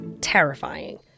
terrifying